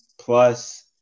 plus